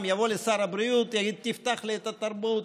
יבוא לשר הבריאות ויגיד: תפתח לי את התרבות,